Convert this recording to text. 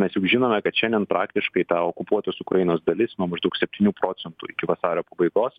mes juk žinome kad šiandien praktiškai ta okupuotos ukrainos dalis nuo maždaug septynių procentų iki vasario pabaigos